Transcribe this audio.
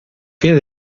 fine